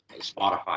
Spotify